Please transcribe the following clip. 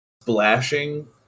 splashing